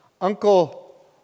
Uncle